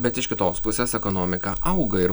bet iš kitos pusės ekonomika auga ir